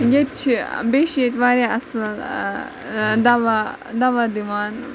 ییٚتہِ چھِ بیٚیہِ چھِ ییٚتہِ واریاہ اَصٕل دَوا دَوا دِوان